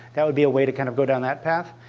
that would be a way to kind of go down that path.